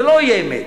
זה לא יהיה אמת,